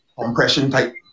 compression-type